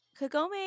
Kagome